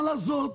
מה לעשות.